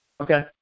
Okay